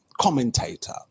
commentator